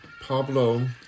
Pablo